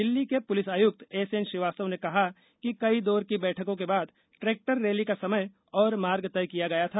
दिल्ली के पुलिस आयुक्त एसएन श्रीवास्तव ने कहा कि कई दौर की बैठकों के बाद ट्रैक्टर रैली का समय और मार्ग तय किया गया था